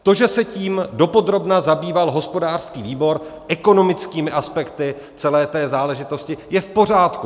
To, že se tím dopodrobna zabýval hospodářský výbor, ekonomickými aspekty celé té záležitosti, je v pořádku.